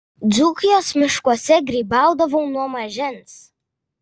dzūkijos miškuose grybaudavau nuo mažens